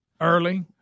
early